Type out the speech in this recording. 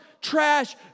trash